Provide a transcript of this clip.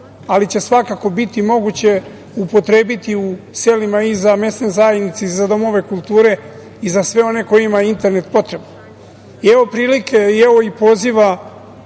ali će svakako biti moguće upotrebiti u selima i za mesne zajednice, za domove kulture i za sve one kojima je internet potreban. Evo prilike, evo i poziva